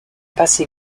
passé